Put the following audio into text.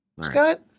Scott